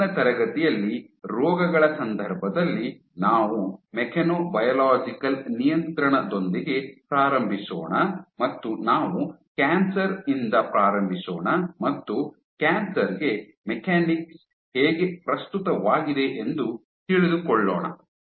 ಮುಂದಿನ ತರಗತಿಯಲ್ಲಿ ರೋಗಗಳ ಸಂದರ್ಭದಲ್ಲಿ ನಾವು ಮೆಕ್ಯಾನೊಬಯಾಲಾಜಿಕಲ್ ನಿಯಂತ್ರಣದೊಂದಿಗೆ ಪ್ರಾರಂಭಿಸೋಣ ಮತ್ತು ನಾವು ಕ್ಯಾನ್ಸರ್ ಇಂದ ಪ್ರಾರಂಭಿಸೋಣ ಮತ್ತು ಕ್ಯಾನ್ಸರ್ ಗೆ ಮೆಕ್ಯಾನಿಕ್ಸ್ ಹೇಗೆ ಪ್ರಸ್ತುತವಾಗಿದೆ ಎಂದು ತಿಳಿದುಕೊಳ್ಳೋಣ